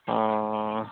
ᱚᱸᱻ